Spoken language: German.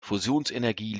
fusionsenergie